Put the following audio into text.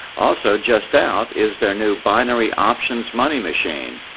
also just out is their new binary options money machine.